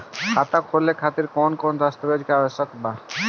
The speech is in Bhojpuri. खाता खोले खातिर कौन कौन दस्तावेज के आवश्यक होला?